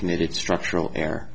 recommitted structural air